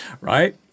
right